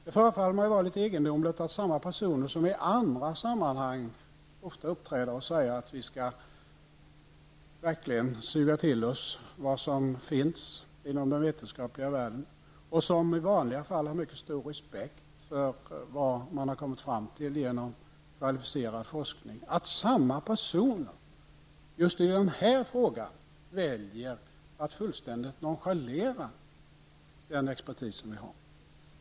Det förefaller mig litet egendomligt att samma personer, vilka i andra sammanhang ofta säger att vi verkligen skall suga till oss vad som finns inom den vetenskapliga världen och vilka i vanliga fall har mycket stor respekt för vad man kommer fram till genom kvalificerad forskning, just i denna fråga väljer att fullständigt nonchalera den expertis som vi har.